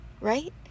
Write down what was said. right